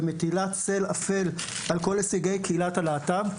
ומטילה צל אפל על כל הישגי קהילת הלהט"ב.